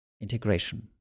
Integration